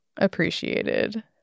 appreciated